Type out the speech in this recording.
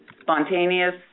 spontaneous